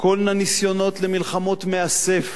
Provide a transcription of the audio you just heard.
וכל הניסיונות למלחמות מאסף